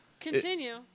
Continue